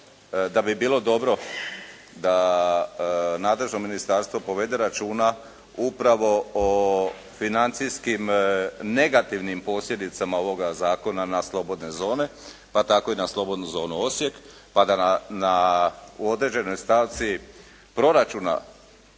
da bi bilo dobro da nadležno ministarstvo povede računa upravo o financijskim negativnim posljedicama ovoga zakona na slobodne zone pa tako i na slobodnu zonu Osijek pa da u određenoj stavci proračuna